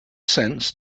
sense